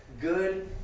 good